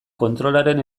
kontrolaren